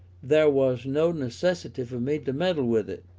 there was no necessity for me to meddle with it.